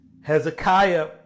Hezekiah